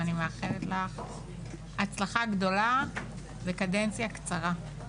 ואני מאחלת לךהצלחה גדולה וקדנציה קצרה,